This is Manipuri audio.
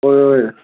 ꯍꯣꯏ ꯍꯣꯏ